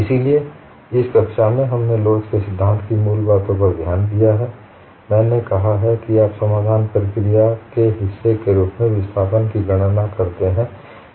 इसलिए इस कक्षा में हमने लोच के सिद्धांत की मूल बातों पर ध्यान दिया है मैंने कहा है कि आप समाधान प्रक्रिया के हिस्से के रूप में विस्थापन की गणना करते हैं